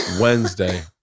wednesday